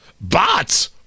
bots